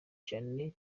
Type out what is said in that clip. cyane